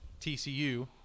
TCU